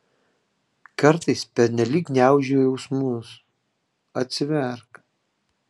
kartais pernelyg gniauži jausmus atsiverk